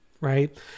right